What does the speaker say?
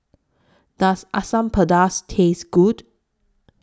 Does Asam Pedas Taste Good